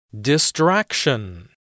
Distraction